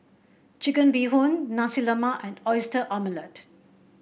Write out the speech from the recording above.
Chicken Bee Hoon Nasi Lemak and Oyster Omelette